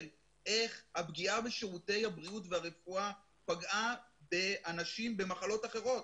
איך הפגיעה בשירותי הבריאות והרפואה פגעה באנשים במחלות אחרות.